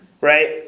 right